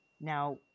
now